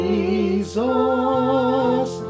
Jesus